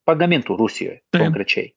pagamintų rusijoj konkrečiai